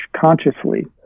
consciously